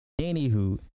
anywho